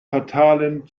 fatalen